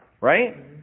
Right